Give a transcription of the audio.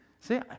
see